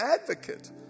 advocate